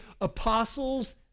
apostles